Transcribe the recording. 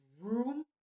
room